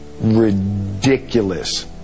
ridiculous